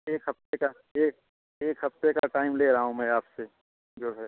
एक हफ्ते का एक एक हफ्ते का टाइम ले रहा हूँ मैं आपसे जो है